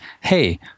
hey